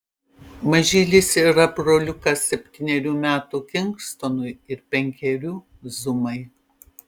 mažylis yra broliukas septynerių metų kingstonui ir penkerių zumai